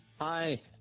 Hi